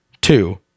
two